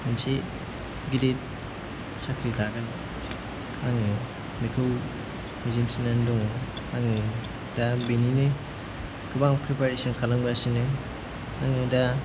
मोनसे गिदिर साख्रि लागोन आङो बेखौ मिजिं थिनानै दङ आङो दा बेनिनो गोबां प्रिपेरेसन खालामगासिनो आङो दा